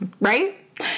Right